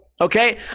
Okay